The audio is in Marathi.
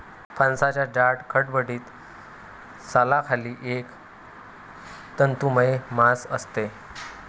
फणसाच्या जाड, खडबडीत सालाखाली एक तंतुमय मांस असते